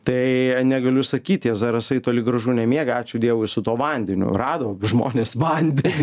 tai negaliu sakyt tie zarasai toli gražu nemiega ačiū dievui su tuo vandeniu rado žmonės vandenį